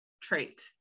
trait